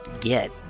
get